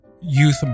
youth